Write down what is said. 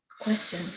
question